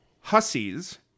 hussies